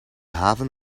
haven